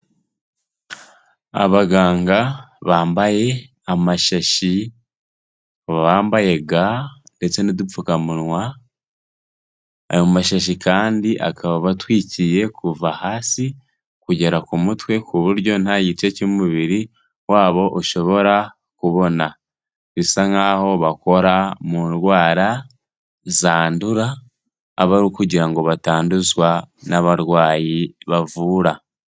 Abaganga bambaye amashashi, bambaye ga ndetse n'udupfukamunwa, ayo mashashi kandi akaba abatwikiye kuva hasi kugera ku mutwe ku buryo nta gice cy'umubiri wabo ushobora kubona, bisa nkaho bakora mu ndwara zandura aba ari ukugira ngo batanduzwa n'abarwayi bavura.